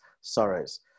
sorrows